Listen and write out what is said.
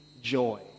joy